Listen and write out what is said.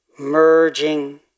Merging